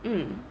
mmhmm